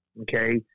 okay